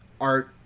Art